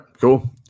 cool